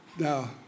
Now